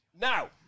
now